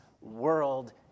world